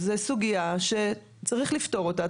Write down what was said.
זו סוגיה שצריך לפתור אותה,